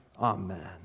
Amen